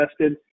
tested